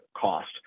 cost